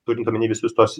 turint omeny visus tuos